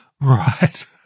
Right